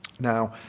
now,